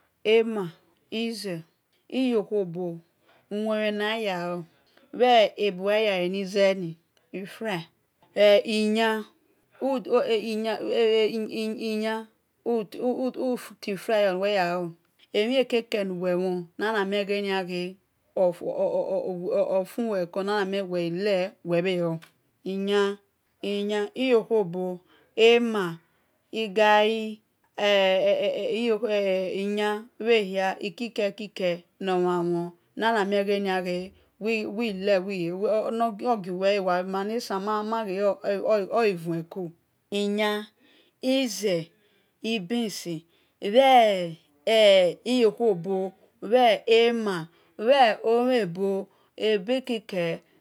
Ema-ize-iyokhobo-uwenmhen naya ya o̱ bhe ebu-weh yan ya e̱ niize ni e fry iya uti fry yor nu ivet yan ya o̱ emhre kebe nuweh mhon nuwe yan na mie wel wel le ovu wei ko iya-iyokhobo ema igai e̱ iya bhe hia ikike-ikike no mhan mhon na-na mie welghe wi le wil ghi e̱ ma na san maghi o̱ oghi vue ko iya-ize-beans-iyokhobo bhe ema bhe-omhebo ebekeke